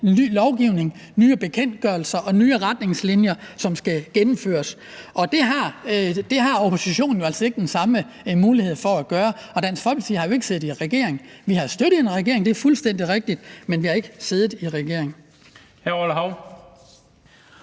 lovgivning, nye bekendtgørelser og nye retningslinjer, som skal gennemføres. Det har oppositionen jo altså ikke den samme mulighed for at gøre. Og Dansk Folkeparti har jo ikke siddet i regering. Vi har støttet en regering – det er fuldstændig rigtigt – men vi har ikke siddet i regering.